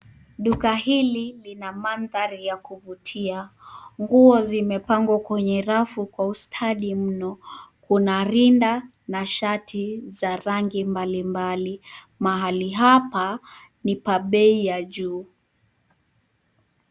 Duka hili lina mandhari ya kuvutia. Nguo zimepangwa kwenye rafu kwa ustadi mno. Kuna rinda na shati za rangi mbalimbali. Mahali hapa ni pa bei ya juu.